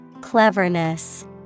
Cleverness